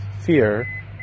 fear